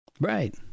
Right